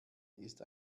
ist